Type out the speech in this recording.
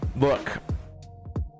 Look